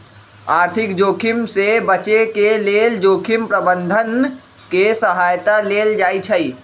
आर्थिक जोखिम से बचे के लेल जोखिम प्रबंधन के सहारा लेल जाइ छइ